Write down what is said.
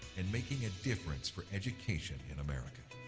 and making a difference for education in america.